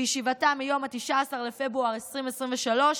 בישיבתה מיום 19 בפברואר 2023,